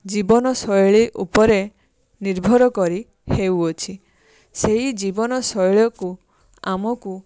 ଜୀବନଶୈଳୀ ଉପରେ ନିର୍ଭର କରି ହେଉଅଛି ସେହି ଜୀବନଶୈଳୀକୁ ଆମକୁ